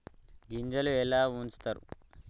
గింజలు ఎలా ఉంచుతారు?